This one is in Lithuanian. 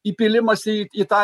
įpylimas į į tą